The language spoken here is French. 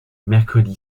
mercredi